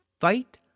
Fight